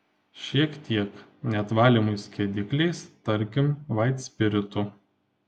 šiek tiek net valymui skiedikliais tarkim vaitspiritu